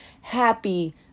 happy